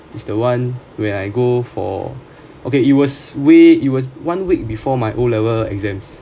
is the one where I go for okay it was way it was one week before my O level exams